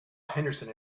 henderson